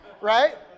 right